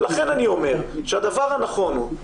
לכן אני אומר שהדבר הנכון הוא,